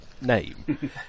name